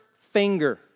finger